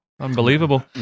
Unbelievable